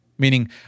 Meaning